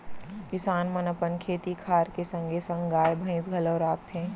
किसान मन अपन खेती खार के संगे संग गाय, भईंस घलौ राखथें